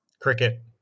Cricket